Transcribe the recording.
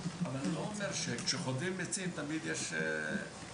אבל כשחוטבים עצים תמיד יש שבבים.